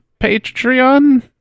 Patreon